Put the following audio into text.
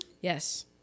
Yes